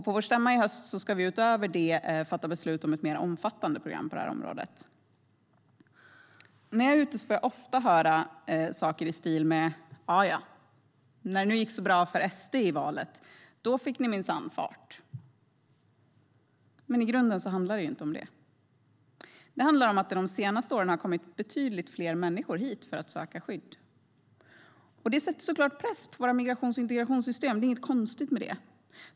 På vår stämma i höst ska vi utöver detta fatta beslut om ett mer omfattande program på området. När jag är ute får jag höra saker i stil med att vi minsann fick fart när det gick så bra för SD i valet. Men i grunden handlar det inte om det. Det handlar om att det de senaste åren har kommit betydligt fler människor hit för att söka skydd. Det sätter såklart press på våra migrations och integrationssystem. Det är inget konstigt med det.